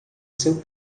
seu